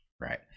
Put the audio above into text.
Right